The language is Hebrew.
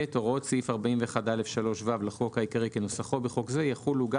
(ב) הוראות סעיף 41(א)(3)(ו) לחוק העיקרי כנוסחו בחוק זה יחולו גם